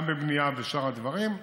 גם בבנייה ובשאר הדברים,